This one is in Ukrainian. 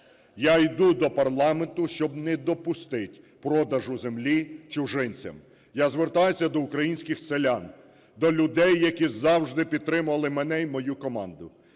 Я йду до парламенту, щоб не допустити продаж землі чужинцям. Я звертаюся до українських селян, до людей, які завжди підтримували мене і мою команду: